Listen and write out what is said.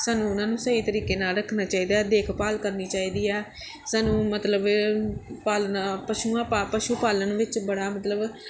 ਸਾਨੂੰ ਉਹਨਾਂ ਨੂੰ ਸਹੀ ਤਰੀਕੇ ਨਾਲ ਰੱਖਣਾ ਚਾਹੀਦਾ ਦੇਖਭਾਲ ਕਰਨੀ ਚਾਹੀਦੀ ਆ ਸਾਨੂੰ ਮਤਲਬ ਪਾਲਣਾ ਪਸ਼ੂਆਂ ਪਾ ਪਸ਼ੂ ਪਾਲਣ ਵਿੱਚ ਬੜਾ ਮਤਲਬ